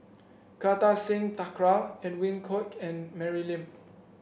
Kartar Singh Thakral Edwin Koek and Mary Lim